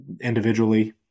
individually